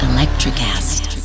ElectriCast